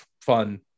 fun